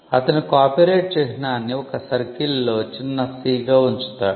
అతను కాపీరైట్ చిహ్నాన్ని ఒక సర్కిల్లో చిన్న 'c' గా © ఉంచుతాడు